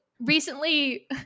recently